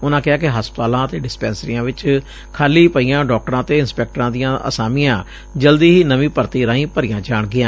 ਉਨਾਂ ਕਿਹਾ ਕਿ ਹਸਪਤਾਲਾਂ ਅਤੇ ਡਿਸਪੈਂਸਰੀਆਂ ਚ ਖਾਲੀ ਪਾਈਆਂ ਡਾਕਟਰਾਂ ਅਤੇ ਇੰਸਪੈਕਟਰਾਂ ਦੀਆਂ ਅਸਾਮੀਆਂ ਜਲਦੀ ਹੀ ਨਵੀਂ ਭਰਤੀਂ ਰਾਹੀਂ ਭਰੀਆਂ ਜਾਣਗੀਆਂ